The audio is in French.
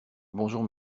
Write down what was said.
bonjour